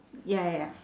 ya ya ya